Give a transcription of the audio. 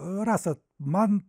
rasa man